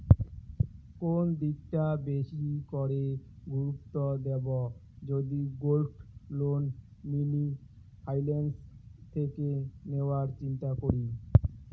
কোন দিকটা বেশি করে গুরুত্ব দেব যদি গোল্ড লোন মিনি ফাইন্যান্স থেকে নেওয়ার চিন্তা করি?